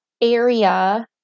area